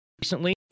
recently